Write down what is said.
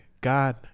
God